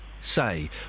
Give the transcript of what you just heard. say